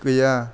गैया